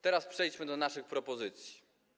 Teraz przejdźmy do naszych propozycji.